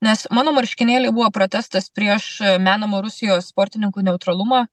nes mano marškinėliai buvo protestas prieš menamą rusijos sportininkų neutralumą